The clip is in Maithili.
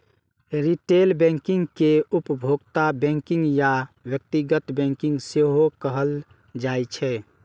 रिटेल बैंकिंग कें उपभोक्ता बैंकिंग या व्यक्तिगत बैंकिंग सेहो कहल जाइ छै